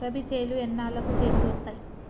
రబీ చేలు ఎన్నాళ్ళకు చేతికి వస్తాయి?